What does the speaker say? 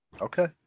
Okay